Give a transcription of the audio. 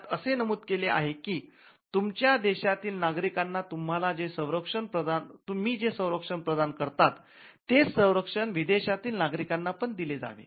त्यात असे नमूद आहे की तुमच्या देशातील नागरिकांना तुम्ही जे संरक्षण प्रदान करतात तेच संरक्षण विदेशातील नागरिकांना पण दिले जावे